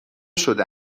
شده